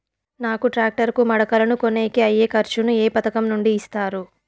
నాకు టాక్టర్ కు మడకలను కొనేకి అయ్యే ఖర్చు ను ఏ పథకం నుండి ఇస్తారు?